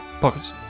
pockets